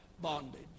bondage